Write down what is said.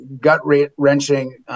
gut-wrenching